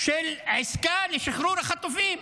של עסקה לשחרר החטופים,